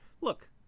Look